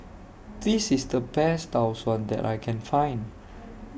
This IS The Best Tau Suan that I Can Find